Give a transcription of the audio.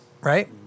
Right